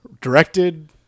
Directed